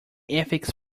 ethics